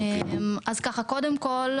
אז ככה: קודם כל,